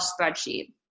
spreadsheet